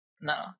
No